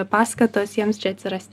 paskatos jiems čia atsirast